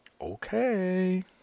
Okay